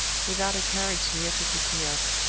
without a carriage near to pick me up